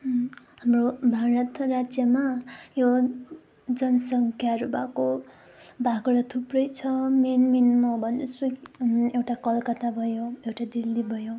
हाम्रो भारत राज्यमा यो जनसङ्ख्याहरू भएको भएको त थुप्रै छ मेन मेन म भन्दैछु एउटा कलकत्ता भयो एउटा दिल्ली भयो